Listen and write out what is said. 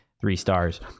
three-stars